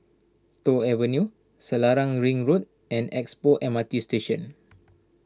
Toh Avenue Selarang Ring Road and Expo M R T Station